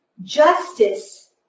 justice